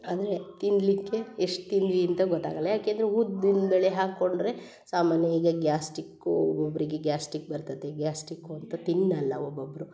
ಆದರೆ ತಿನ್ನಲ್ಲಿಕ್ಕೆ ಎಷ್ಟು ತಿಂದ್ವಿ ಅಂತ ಗೊತಾಗಲ್ಲ ಯಾಕೆಂದರೆ ಉದ್ದಿನ್ ಬೇಳೆ ಹಾಕೊಂಡರೆ ಸಾಮಾನ್ಯ ಈಗ ಗ್ಯಾಸ್ಟಿಕ್ಕು ಒಬೊಬ್ಬರಿಗೆ ಗ್ಯಾಸ್ಟಿಕ್ ಬರ್ತೈತೆ ಗ್ಯಾಸ್ಟಿಕ್ಕು ಅಂತ ತಿನ್ನಲ್ಲ ಒಬ್ಬೊಬ್ಬರು